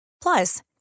Plus